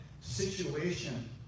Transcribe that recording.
situation